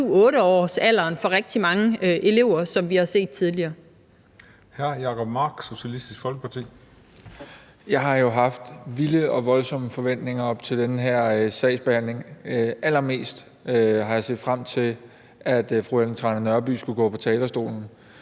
Folkeparti. Kl. 15:14 Jacob Mark (SF): Jeg har haft vilde og voldsomme forventninger op til den her sagsbehandling. Allermest har jeg set frem til, at fru Ellen Trane Nørby skulle gå på talerstolen,